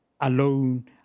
alone